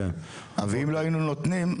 אם לא היינו נותנים,